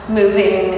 moving